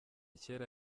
kera